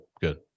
good